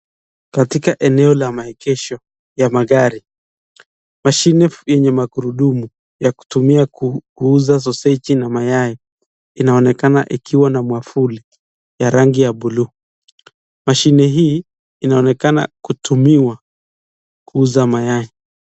Katika eneo la maegesho ya magari, mashine yenye magurudumu ya kutumia kuuza soseji na mayai inaonekana ikiwa na mwavuli ya rangi ya buluu. Mashine hii inaonekana kutumiwa kuuza mayai.